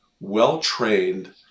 well-trained